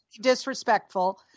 Disrespectful